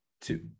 two